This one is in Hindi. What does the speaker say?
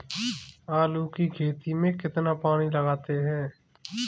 आलू की खेती में कितना पानी लगाते हैं?